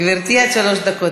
גברתי, עד שלוש דקות.